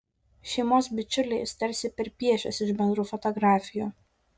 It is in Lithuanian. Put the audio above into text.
šeimos bičiulį jis tarsi perpiešęs iš bendrų fotografijų